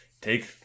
take